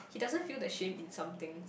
he doesn't feel the shame in somethings